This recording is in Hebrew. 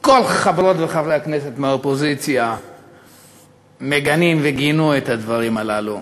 כל חברות וחברי הכנסת מהאופוזיציה מגנים וגינו את הדברים הללו.